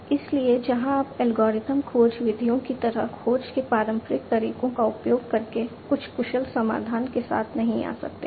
इसलिए जहाँ आप एल्गोरिथम खोज विधियों की तरह खोज के पारंपरिक तरीकों का उपयोग करके कुछ कुशल समाधान के साथ नहीं आ सकते हैं